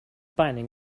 binding